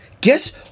Guess